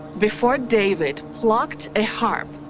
before david plucked a harp,